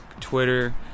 Twitter